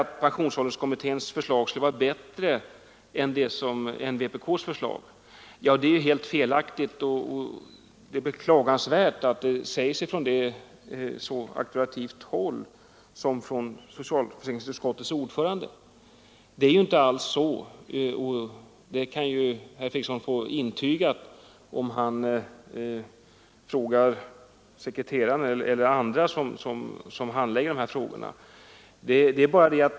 Att pensionsålderskommitténs förslag skulle vara bättre än vpk:s förslag är helt felaktigt. Det är beklagansvärt att detta sägs från så auktoritativt håll som från socialförsäkringsutskottets ordförande. Det är ju inte alls så, och det kan herr Fredriksson få intygat om han frågar sekreteraren eller andra som handlägger de här frågorna.